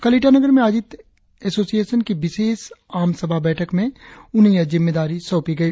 कल ईटानगर में आयोजित हुई एसोसियेशन विशेष आम सभा बैठक में उन्हें यह जिम्मेदारी सौंपी गई